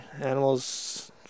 animals